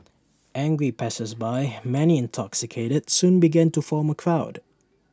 angry passersby many intoxicated soon began to form A crowd